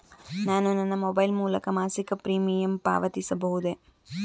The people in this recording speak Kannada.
ನಾನು ನನ್ನ ಮೊಬೈಲ್ ಮೂಲಕ ಮಾಸಿಕ ಪ್ರೀಮಿಯಂ ಪಾವತಿಸಬಹುದೇ?